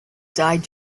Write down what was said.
died